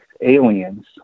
aliens